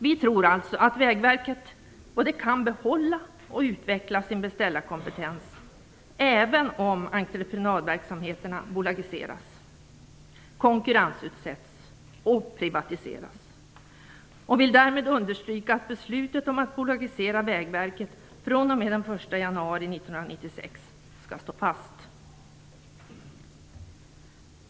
Vi tror alltså att Vägverket både kan behålla och utveckla sin beställarkompetens, även om entreprenadverksamheterna bolagiseras, konkurrensutsätts och privatiseras. Vi vill därmed understryka att beslutet om att bolagisera Vägverket fr.o.m. den 1 januari 1996 skall stå fast.